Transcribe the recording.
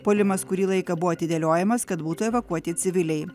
puolimas kurį laiką buvo atidėliojamas kad būtų evakuoti civiliai